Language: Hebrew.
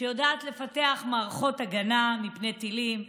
שיודעת לפתח מערכות הגנה מפני טילים,